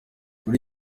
muri